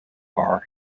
are